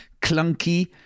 clunky